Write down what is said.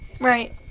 Right